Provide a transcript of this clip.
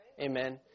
Amen